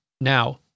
now